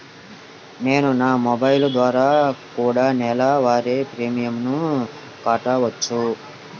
నేను నా మొబైల్ ద్వారా కూడ నెల వారి ప్రీమియంను కట్టావచ్చా?